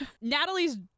Natalie's